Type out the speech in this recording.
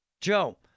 Joe